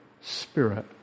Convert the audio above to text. spirit